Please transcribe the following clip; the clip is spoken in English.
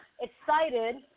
excited